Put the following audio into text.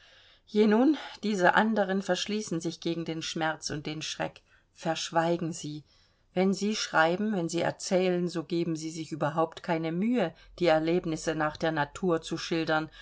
je nun diese anderen verschließen sich gegen den schmerz und den schreck verschweigen sie wenn sie schreiben wenn sie erzählen so geben sie sich überhaupt keine mühe die erlebnisse nach der natur zu schildern